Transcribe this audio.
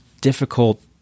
difficult